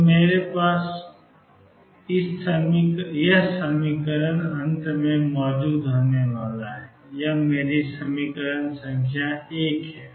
तो मेरे पास Ccos βL2 Ae αL2 होने वाला है यह मेरी समीकरण संख्या 1 है